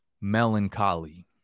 melancholy